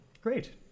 Great